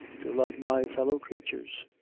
to love my fellow-creatures?